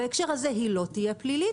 בהקשר הזה היא לא תהיה פלילית.